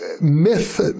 myth